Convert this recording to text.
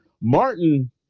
Martin